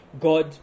God